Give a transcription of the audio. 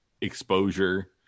exposure